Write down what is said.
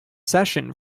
session